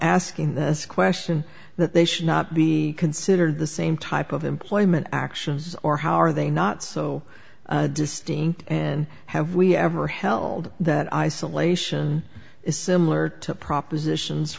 asking this question that they should not be considered the same type of employment actions or how are they not so distinct and have we ever held that isolation is similar to propositions